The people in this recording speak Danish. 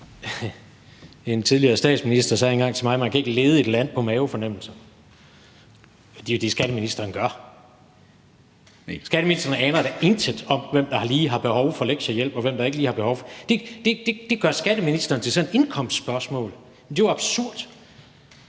En tidligere statsminister sagde engang til mig: Man kan ikke lede et land på mavefornemmelser. Det er jo det, skatteministeren gør. Skatteministeren aner da intet om, hvem der lige har behov for lektiehjælp, og hvem der ikke har behov for det. Det gør skatteministeren til et indkomstspørgsmål, men det er jo absurd,